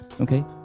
Okay